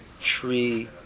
tree